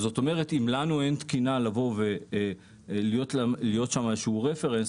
זאת אומרת שאם לנו אין תקינה לבוא ולהיות שם עם איזושהי הסתמכות,